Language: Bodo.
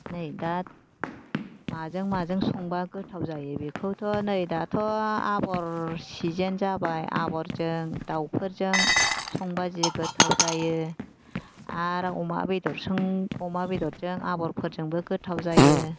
नै दा माजों माजों संबा गेथाव जायो बेखौथ' नै दाथ' आबर सिजेन जाबाय आबरजों दावफोरजों संबा जि गोथाव जायो आरो अमा बेदरजों अमा बेदरजों आबर फोरजोंबो गोथाव जायो